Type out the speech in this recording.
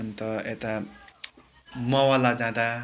अन्त यता मावला जाँदा